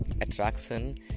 Attraction